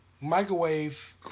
microwave